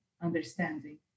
understanding